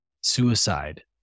suicide